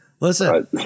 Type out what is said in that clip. listen